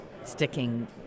sticking